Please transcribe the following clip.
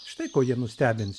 štai kuo jie nustebins